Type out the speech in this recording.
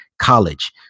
college